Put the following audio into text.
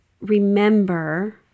remember